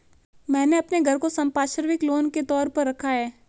मैंने अपने घर को संपार्श्विक लोन के तौर पर रखा है